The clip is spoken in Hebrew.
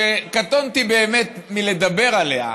שקטונתי באמת מלדבר עליה,